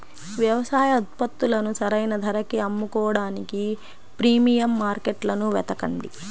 వ్యవసాయ ఉత్పత్తులను సరైన ధరకి అమ్ముకోడానికి ప్రీమియం మార్కెట్లను వెతకండి